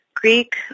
Greek